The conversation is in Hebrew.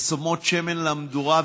ושמות שמן במדורה.